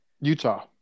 Utah